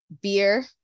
beer